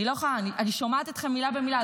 אני שומעת אתכם מילה במילה,